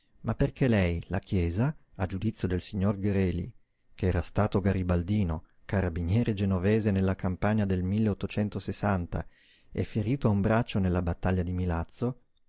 ma perché lei la chiesa a giudizio del signor greli ch'era stato garibaldino carabiniere genovese nella campagna del e ferito a un braccio nella battaglia di milazzo